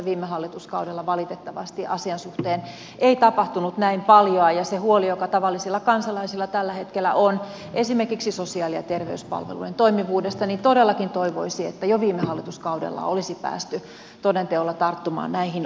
viime hallituskaudella valitettavasti asian suhteen ei tapahtunut näin paljoa ja kun huoli tavallisilla kansalaisilla tällä hetkellä on esimerkiksi sosiaali ja terveyspalveluiden toimivuudesta niin todellakin toivoisi että jo viime hallituskaudella olisi päästy toden teolla tarttumaan näihin ongelmiin